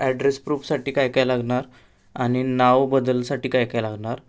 address प्रूफसाठी काय काय लागणार आणि नाव बदलासाठी काय काय लागणार